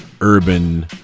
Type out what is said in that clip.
urban